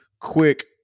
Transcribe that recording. quick